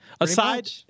Aside